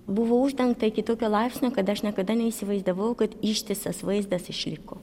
buvo uždengta iki tokio laipsnio kad aš niekada neįsivaizdavau kad ištisas vaizdas išliko